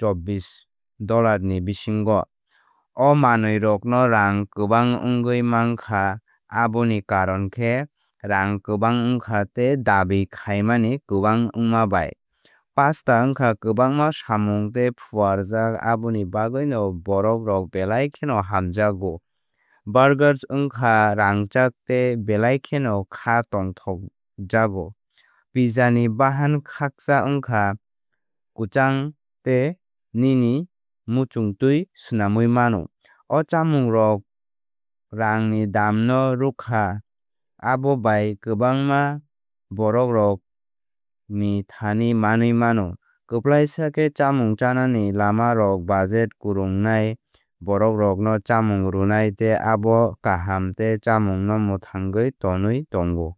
chobbish dollar ni bisingo. O manwirok no rang kwbang wngwi mankha aboni karon khe rang kwbang wngkha tei dabi khaimani kwbang wngma bai. Pasta wngkha kwbangma samung tei phuarjak aboni bagwino borokrok belai kheno hamjakgo. Burgers wngkha rangchak tei belai kheno khá tongthokjago. Pizza ni bahan kakcha wngkha kwchang tei nini muchungtwi swnamwi mano. O chongmungrok rok rang ni dam no rwkha abo bai kwbangma bohrokrok ni thani manwi mano. Kwplaisa khe chámung chánani lamarok budget kwrwngnai borokrokno chámung rwnai tei abo kaham tei chámungno mwthangwi tonwi tongo.